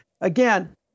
again